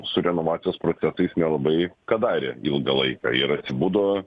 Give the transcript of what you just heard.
su renovacijos procesais nelabai ką darė ilgą laiką ir atsibudo